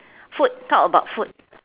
food talk about food